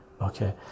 Okay